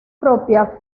propia